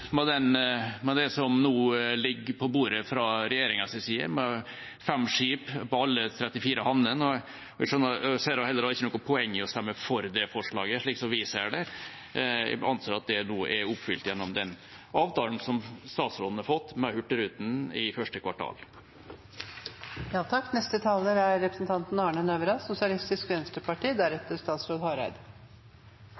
med det som nå ligger på bordet fra regjeringas side, med fem skip på alle de 34 havnene, og jeg ser da heller ikke noe poeng i å stemme for det forslaget. Jeg anser at det nå er oppfylt gjennom den avtalen som statsråden har fått med Hurtigruten i første kvartal. Jeg vet ikke om det er